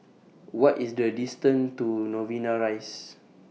What IS The distance to Novena Rise